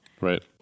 Right